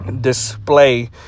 display